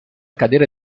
cadere